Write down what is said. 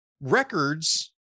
records